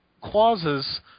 clauses